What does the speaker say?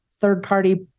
third-party